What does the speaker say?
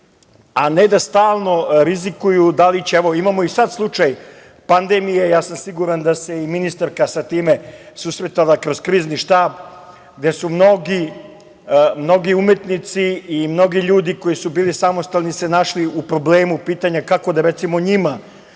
a ne da stalno rizikuju da li će… Imamo i sad slučaj pandemije, ja sam siguran da se i ministarka sa time susretala kroz krizni štab, gde su mnogi umetnici i mnogi ljudi koji su bili samostalni se našli u problemu, pitanje je - kako da, recimo, njima